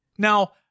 Now